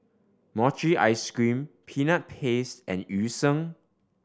mochi ice cream Peanut Paste and Yu Sheng